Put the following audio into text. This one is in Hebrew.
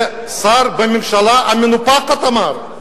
זה שר בממשלה המנופחת אמר.